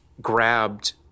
grabbed